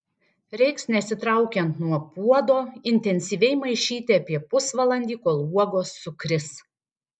reiks nesitraukiant nuo puodo intensyviai maišyti apie pusvalandį kol uogos sukris